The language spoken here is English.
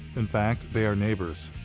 in fact, they are neighbors.